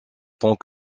tant